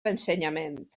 l’ensenyament